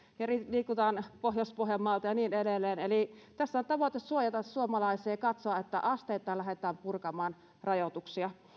liikutaan pohjois pohjanmaalta ja niin edelleen eli tässä on tavoite suojata suomalaisia ja katsoa että asteittain lähdetään purkamaan rajoituksia